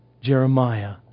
Jeremiah